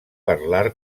parlar